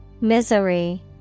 Misery